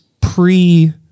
pre